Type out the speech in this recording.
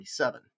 1947